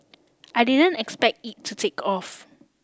I didn't expect it to take off